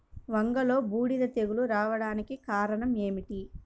వంగలో బూడిద తెగులు రావడానికి కారణం ఏమిటి?